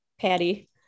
Patty